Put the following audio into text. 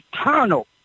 eternal